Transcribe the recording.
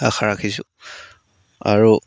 আশা ৰাখিছোঁ আৰু